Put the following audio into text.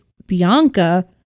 bianca